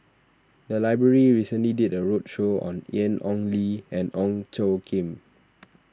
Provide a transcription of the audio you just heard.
the library recently did a roadshow on Ian Ong Li and Ong Tjoe Kim